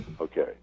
Okay